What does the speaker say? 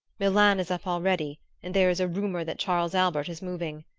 milan is up already and there is a rumor that charles albert is moving.